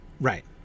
right